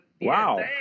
Wow